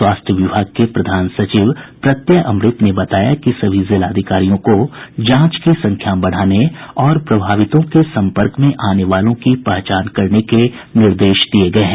स्वास्थ्य विभाग के प्रधान सचिव प्रत्यय अमृत ने बताया कि सभी जिलाधिकारियों को जांच की संख्या बढ़ाने और प्रभावितों के संपर्क में आने वालों की पहचान करने के निर्देश दिये गये हैं